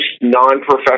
non-professional